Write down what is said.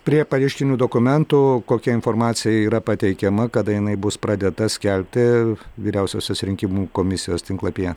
prie pareiškinių dokumentų kokia informacija yra pateikiama kada jinai bus pradėta skelbti vyriausiosios rinkimų komisijos tinklapyje